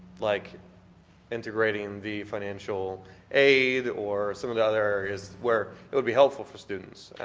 like integrating the financial aid or some of the other areas where it will be helpful for students.